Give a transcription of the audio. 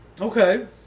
Okay